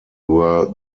were